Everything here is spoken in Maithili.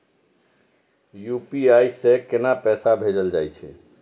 यू.पी.आई से केना पैसा भेजल जा छे?